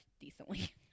decently